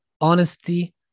Honesty